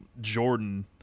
Jordan –